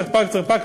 צריך פארק,